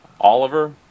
Oliver